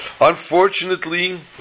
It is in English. Unfortunately